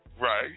Right